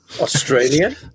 Australian